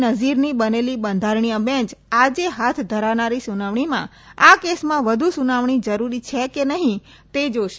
નઝીરની બનેલી બંધારણીય બેંચ આજે હાથ ધરાનારી સુનાવણીમાં આ કેસમાં વધુ સુનાવણી જરૂરી છે કે નહીં તે જાશે